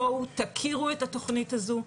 בואו, תכירו את התוכנית הזו.